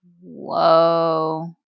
Whoa